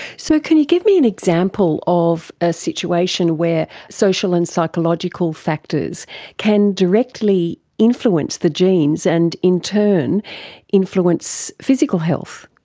so can you give me an example of a situation where social and psychological factors can directly influence the genes and in turn influence physical health?